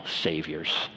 saviors